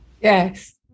Yes